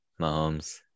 Mahomes